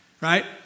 right